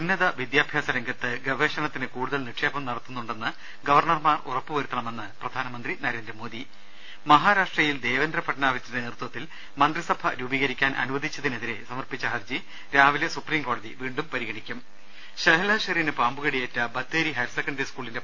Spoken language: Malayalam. ഉന്നത വിദ്യാഭ്യാസരംഗത്ത് ഗവേഷണത്തിന് കൂടുതൽ നിക്ഷേപം നട ത്തുന്നുണ്ടെന്ന് ഗവർണർമാർ ഉറപ്പുവരുത്തണമെന്ന് പ്രധാനമന്ത്രി നരേ ന്ദ്രമോദി മഹാരാഷ്ട്രയിൽ ദേവേന്ദ്ര ഫഡ്നാവിസിന്റെ നേതൃത്വത്തിൽ മന്ത്രിസഭ രൂപീകരിക്കാൻ അനുവദിച്ചതിനെതിരെ സ്മർപ്പിച്ച ഹർജി രാവിലെ സുപ്രീം കോടതി വീണ്ടും പരിഗണിക്കും ഷഹ്ല ഷെറിന് പാമ്പുകടിയേറ്റ ബത്തേരി ഹയർസെക്കന്ററി സ്കൂളിന്റെ